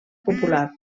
popular